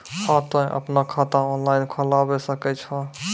हाँ तोय आपनो खाता ऑनलाइन खोलावे सकै छौ?